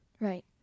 Right